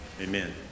Amen